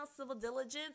civildiligence